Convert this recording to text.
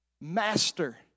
master